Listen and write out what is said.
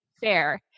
fair